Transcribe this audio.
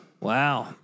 Wow